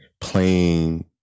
playing